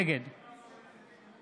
נגד